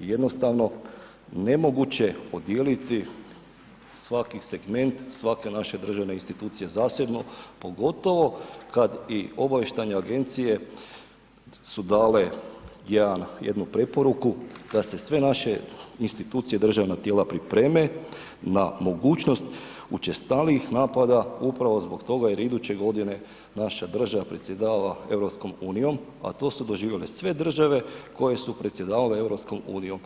je jednostavno nemoguće podijeliti svaki segment svake naše državne institucije zasebno, pogotovo kad i obavještajne agencije su dale jedan, jednu preporuku da se sve naše institucije, državna tijela pripreme na mogućnost učestalijih napada upravo zbog toga jer iduće godine naša država predsjedava EU, a to su doživjele sve države koje su predsjedavale EU.